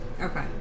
Okay